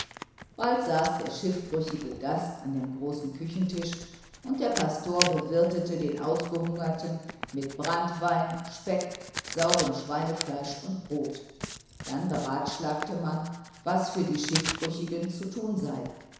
bald saß der schiffbrüchige gast an dem großen küchentisch und der pastor bewirtete den ausgehungerten mit branntwein speck saurem schweinefleisch und brot dann beratschlagte man was für die schiffbrüchigen zu tun sei